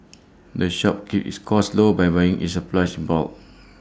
the shop keeps its costs low by buying its supplies in bulk